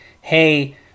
hey